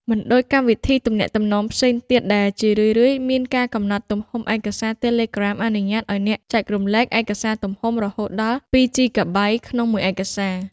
មិនដូចកម្មវិធីទំនាក់ទំនងផ្សេងទៀតដែលជារឿយៗមានការកំណត់ទំហំឯកសារ Telegram អនុញ្ញាតឱ្យអ្នកចែករំលែកឯកសារទំហំរហូតដល់ 2 ជីកាបៃ ក្នុងមួយឯកសារ។